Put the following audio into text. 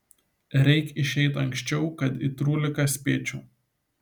reik išeit anksčiau kad į trūliką spėčiau